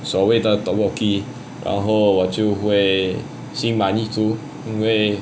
所谓的 tteokbokki 然后我就会心满意足因为